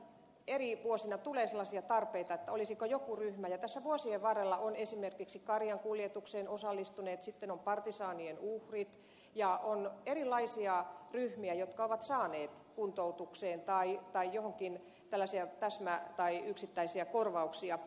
eri vuosina tulee sellaisia tarpeita että joku ryhmä tässä vuosien varrella ovat olleet esimerkiksi karjankuljetukseen osallistuneet sitten partisaanien uhrit erilaiset ryhmät ovat saaneet kuntoutukseen tai johonkin tällaisia täsmä tai yksittäisiä korvauksia